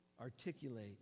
articulate